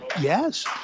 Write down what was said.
Yes